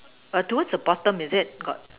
but what about the music called